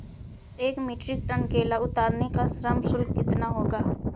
एक metric tonne केला उतारने का श्रम शुल्क कितना होगा?